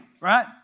right